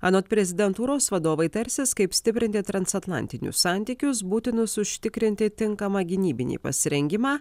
anot prezidentūros vadovai tarsis kaip stiprinti transatlantinius santykius būtinus užtikrinti tinkamą gynybinį pasirengimą